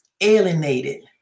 Alienated